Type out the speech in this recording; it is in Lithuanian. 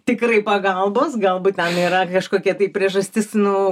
tikrai pagalbos galbūt ten yra kažkokia tai priežastis nu